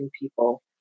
people